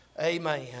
Amen